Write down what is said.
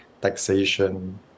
taxation